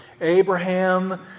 Abraham